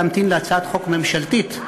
להמתין להצעת חוק ממשלתית.